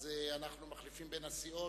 אז אנחנו מחליפים בין הסיעות.